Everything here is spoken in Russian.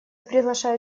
приглашаю